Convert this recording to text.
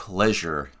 Pleasure